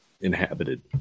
inhabited